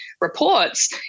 reports